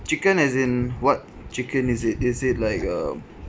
chicken as in what chicken is it is it like a